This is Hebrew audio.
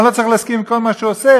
שאני לא צריך להסכים עם כל מה שהוא עושה,